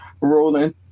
Rolling